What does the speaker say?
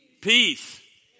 peace